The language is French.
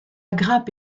grappe